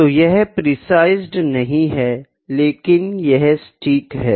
तो यह precised précised नहीं है लेकिन यह सटीक है